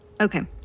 Okay